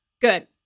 good